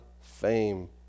fame